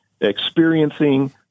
experiencing